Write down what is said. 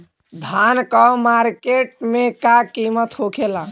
धान क मार्केट में का कीमत होखेला?